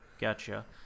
gotcha